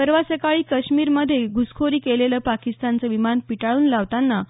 परवा सकाळी काश्मीरमध्ये घुसखोरी केलेलं पाकिस्तानचं विमान पिटाळून लावताना